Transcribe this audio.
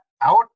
out